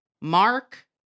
Mark